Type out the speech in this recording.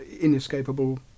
inescapable